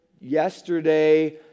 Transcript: yesterday